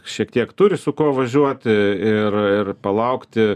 šiek tiek turi su kuo važiuoti ir ir palaukti